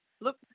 Look